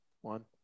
One